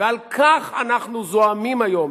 ועל כך אנחנו זועמים היום,